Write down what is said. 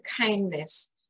kindness